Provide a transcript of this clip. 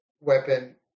weapon